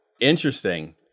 interesting